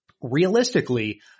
realistically